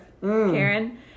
karen